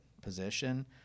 position